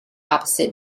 opposite